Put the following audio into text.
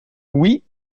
oui